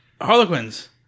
harlequins